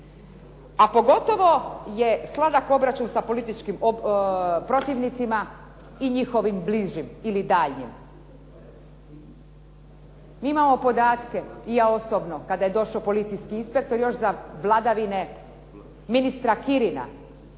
a pogotovo je sladak obračun sa političkim protivnicima i njihovim bližnjim ili daljnjim. Mi imamo podatke i ja osobno kada je došao policijski inspektor još za vladavine ministra Kirina